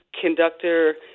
conductor